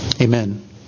Amen